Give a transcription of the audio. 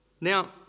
Now